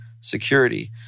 security